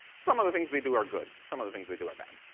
some of the things they do are good. some of the things they do are bad.